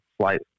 slight